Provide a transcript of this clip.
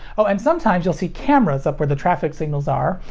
oh, and sometimes you'll see cameras up where the traffic signals are,